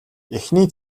эхний